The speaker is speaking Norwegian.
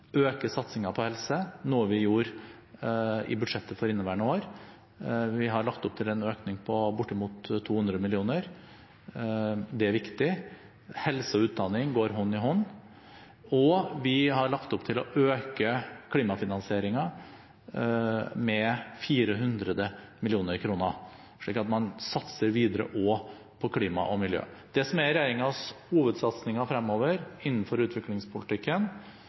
budsjettet for inneværende år. Vi har lagt opp til en økning på bortimot 200 mill. kr. Det er viktig – helse og utdanning går hånd i hånd – og vi har lagt opp til å øke klimafinansieringen med 400 mill. kr, slik at man satser videre også på klima og miljø. Det som er regjeringens hovedsatsinger fremover innenfor utviklingspolitikken,